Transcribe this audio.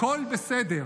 הכול בסדר.